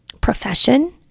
profession